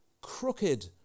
crooked